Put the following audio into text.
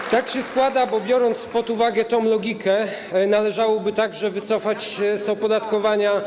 PCK. Tak się składa, bo biorąc pod uwagę tę logikę, należałoby także wycofać się z opodatkowania.